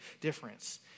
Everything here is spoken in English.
difference